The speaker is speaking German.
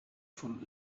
vom